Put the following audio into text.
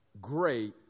great